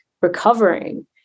recovering